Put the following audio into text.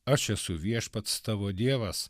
aš esu viešpats tavo dievas